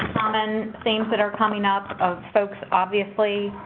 common things that are coming up of folks, obviously,